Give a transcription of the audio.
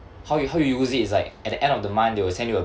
how you how you use it is like at the end of the month they will send you a